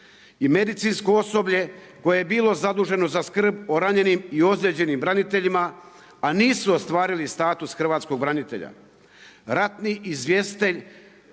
I medicinsko osoblje koje je bilo zaduženo za skrb o ranjenim i ozlijeđenim braniteljima, a nisu ostvarili status hrvatskog branitelja. Ratni izvjestitelj,